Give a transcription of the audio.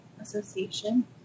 Association